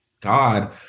God